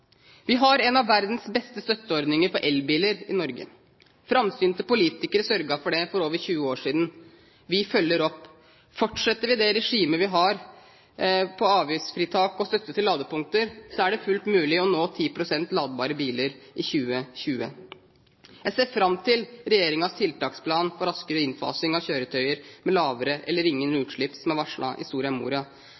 Vi har en av verdens beste støtteordninger for elbiler i Norge. Framsynte politikere sørget for det for over 20 år siden. Vi følger opp. Fortsetter vi det regimet vi har på avgiftsfritak og støtte til ladepunkter, er det fullt mulig å nå 10 pst. ladbare biler i 2020. Jeg ser fram til regjeringens tiltaksplan for raskere innfasing av kjøretøyer med lavere eller ingen